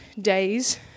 days